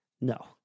no